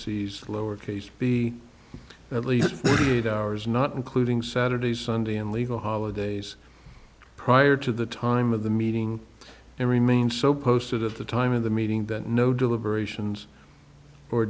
es lower case b at least eight hours not including saturday sunday and legal holidays prior to the time of the meeting and remained so posted at the time of the meeting that no deliberations or